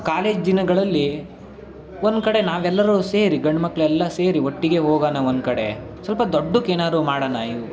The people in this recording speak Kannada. ಕಾಲೇಜ್ ದಿನಗಳಲ್ಲಿ ಒಂದು ಕಡೆ ನಾವೆಲ್ಲರೂ ಸೇರಿ ಗಂಡು ಮಕ್ಕಳೆಲ್ಲ ಸೇರಿ ಒಟ್ಟಿಗೇ ಹೋಗಣ ಒಂದು ಕಡೆ ಸ್ವಲ್ಪ ದೊಡ್ಡಕ್ಕೇನಾದ್ರು ಮಾಡಣ ಇವು